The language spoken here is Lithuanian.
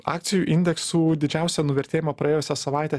akcijų indeksų didžiausią nuvertiėjimą praėjusią savaitę